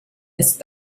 ist